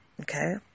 Okay